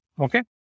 Okay